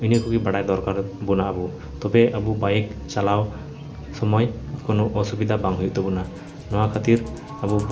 ᱤᱱᱟᱹᱠᱚ ᱜᱮ ᱵᱟᱲᱟᱭ ᱫᱚᱨᱠᱟᱨᱵᱚᱱᱟ ᱟᱵᱚ ᱛᱚᱵᱮ ᱟᱵᱚ ᱵᱟᱭᱤᱠ ᱪᱟᱞᱟᱣ ᱥᱚᱢᱚᱭ ᱠᱳᱱᱳ ᱚᱥᱩᱵᱤᱫᱷᱟ ᱵᱟᱝ ᱦᱩᱭᱩᱜ ᱛᱟᱵᱚᱱᱟ ᱱᱚᱣᱟ ᱠᱷᱟᱹᱛᱤᱨ ᱟᱵᱚ